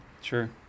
Sure